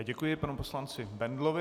Děkuji panu poslanci Bendlovi.